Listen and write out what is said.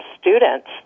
students